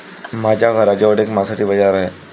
माझ्या घराजवळ एक मासळी बाजार आहे